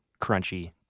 crunchy